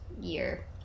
year